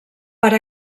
per